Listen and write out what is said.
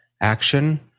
action